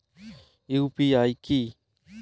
UPI কি?